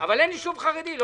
אבל אין יישוב חרדי,